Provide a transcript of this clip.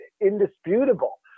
indisputable